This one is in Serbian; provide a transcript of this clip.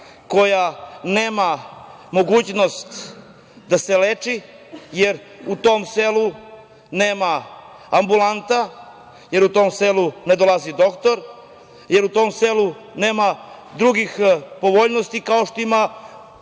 koje nemaju mogućnost da se leče jer u tom selu nema ambulante, jer u to selo ne dolazi doktor, jer u tom selu nema drugih povoljnosti kao što imaju